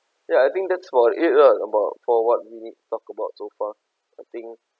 ya I think that's about it lah about for what we need talk about so far I think